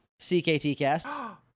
CKTcast